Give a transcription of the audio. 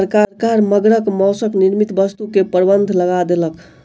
सरकार मगरक मौसक निर्मित वस्तु के प्रबंध लगा देलक